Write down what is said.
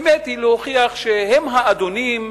היא באמת להוכיח שהם האדונים,